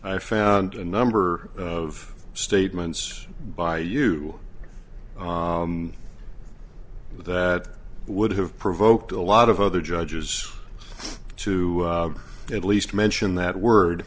i found a number of statements by you that would have provoked a lot of other judges to at least mention that word